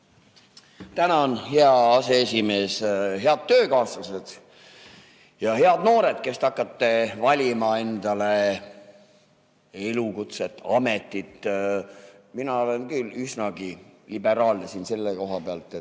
Tänan, hea aseesimees! Head töökaaslased ja head noored, kes te hakkate valima endale elukutset, ametit! Mina olen küll üsnagi liberaalne selle koha pealt, ma